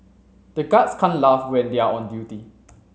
the guards can't laugh when they are on duty